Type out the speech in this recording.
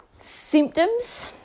symptoms